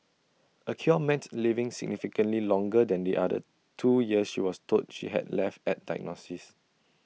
A cure meant living significantly longer than the other two years she was told she had left at diagnosis